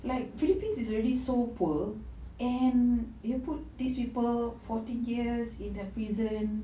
like philippines is already so poor and you put these people forty years in prison